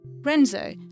Renzo